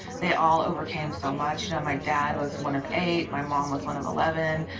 they all overcame so much. i know my dad was one of eight. my mom was one of eleven.